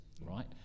right